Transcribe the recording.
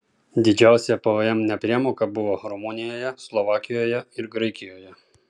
didžiausia pvm nepriemoka buvo rumunijoje slovakijoje ir graikijoje